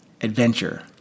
adventure